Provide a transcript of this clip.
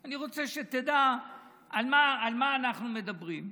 אני רוצה שתדע על מה אנחנו מדברים.